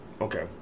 Okay